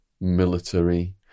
military